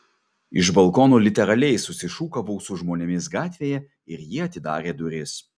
iš balkono literaliai susišūkavau su žmonėmis gatvėje ir jie atidarė duris